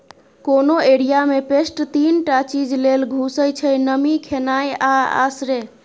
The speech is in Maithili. कोनो एरिया मे पेस्ट तीन टा चीज लेल घुसय छै नमी, खेनाइ आ आश्रय